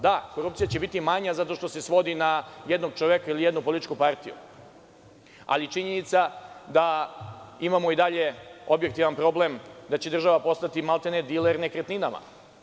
Da, korupcija će biti manja, zato što se svodi na jednog čoveka ili jednu političku partiju, ali činjenica je da imamo i dalje objektivan problem, da će država postati maltene diler nekretninama.